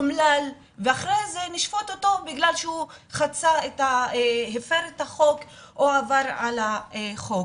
אומלל ואחרי זה נשפוט אותו בגלל שהוא הפר את החוק או עבר על החוק.